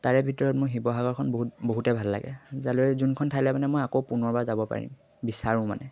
তাৰে ভিতৰত মই শিৱসাগৰখন বহুত বহুতে ভাল লাগে যালৈ যোনখন ঠাইলৈ মানে মই আকৌ পুনৰবাৰ যাব পাৰিম বিচাৰোঁ মানে